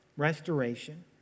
restoration